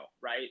right